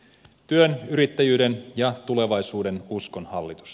työn yrittäjyyden ja tulevaisuudenuskon hallitus